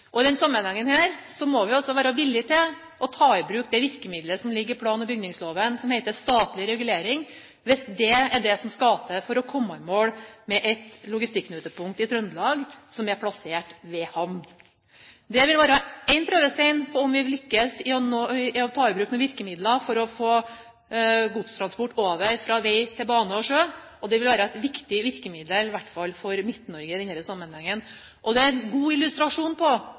I denne sammenhengen må vi være villig til å ta i bruk det virkemidlet som ligger i plan- og bygningsloven, som heter statlig regulering, hvis det er det som skal til for å komme i mål med et logistikkknutepunkt i Trøndelag som er plassert ved havn. Det vil være en prøvestein på om vi lykkes med å ta i bruk noen virkemidler for å få godstransport over fra vei til bane og sjø, og det vil være et viktig virkemiddel i hvert fall for Midt-Norge i denne sammenhengen. Det er en god illustrasjon på